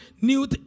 new